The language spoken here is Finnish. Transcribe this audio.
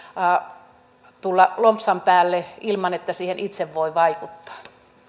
tulla lompsan päälle ilman että siihen itse voi vaikuttaa